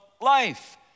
life